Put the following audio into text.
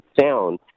sound